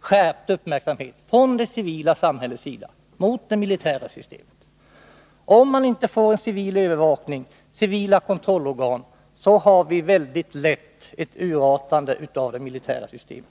skärpt uppmärksamhet från det civila samhällets sida på det militära systemet. Om man inte får till stånd en civil övervakning och civila kontrollorgan urartar det militära systemet lätt.